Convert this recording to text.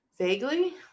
vaguely